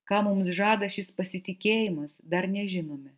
ką mums žada šis pasitikėjimas dar nežinome